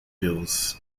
bills